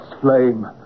flame